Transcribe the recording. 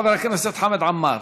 חבר הכנסת חמד עמאר.